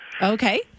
Okay